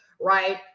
right